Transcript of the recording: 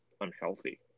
unhealthy